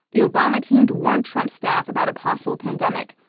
the obama team warned trump's staff about a possible pandemic.